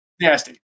Nasty